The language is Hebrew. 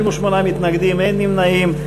58 מתנגדים, אין נמנעים.